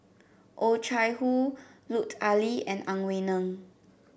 Oh Chai Hoo Lut Ali and Ang Wei Neng